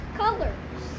colors